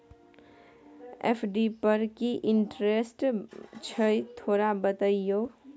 FD पर की interest छय थोरा बतईयो?